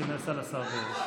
שנעשה לשר דרעי.